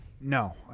no